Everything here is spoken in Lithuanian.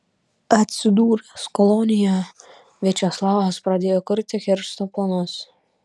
atsidūręs kolonijoje viačeslavas pradėjo kurti keršto planus